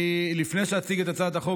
לפני שאציג את הצעת החוק,